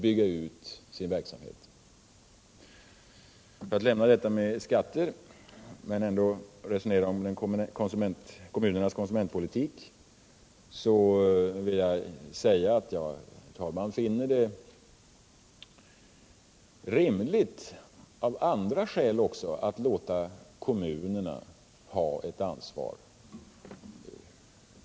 Jag vill nu lämna det här med skatter men ändå resonera om kommunernas konsumentpolitik. Jag finner det rimligt också av andra skäl att låta kommunerna ha ett ansvar.